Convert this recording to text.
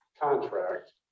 contract